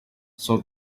saw